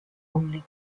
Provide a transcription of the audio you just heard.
only